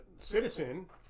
citizen